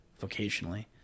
vocationally